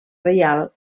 reial